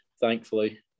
thankfully